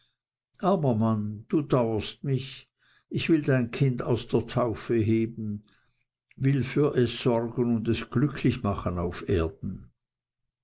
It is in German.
armer mann du dauerst mich ich will dein kind aus der taufe heben will für es sorgen und es glücklich machen auf erden